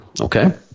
Okay